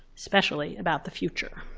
especially about the future.